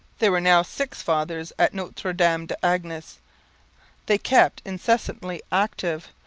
there were now six fathers at notre-dame-des-anges. they kept incessantly active,